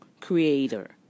creator